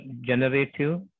generative